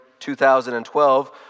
2012